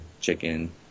chicken